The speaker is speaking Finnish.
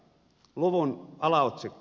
luvun alaotsikko